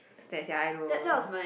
states ya I know